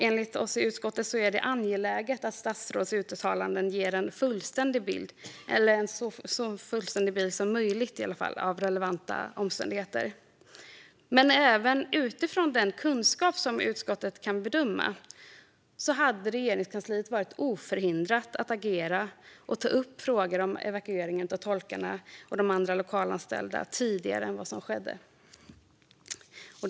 Enligt utskottet är det angeläget att statsråds uttalanden ger en så fullständig bild som möjligt av relevanta omständigheter. Men även utifrån den kunskap som utskottet kan bedöma hade Regeringskansliet varit oförhindrat att agera och ta upp frågor om evakuering av tolkar och andra lokalanställda tidigare än vad som skedde.